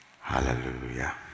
hallelujah